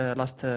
last